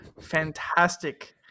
fantastic